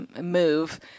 Move